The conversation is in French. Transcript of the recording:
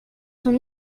sont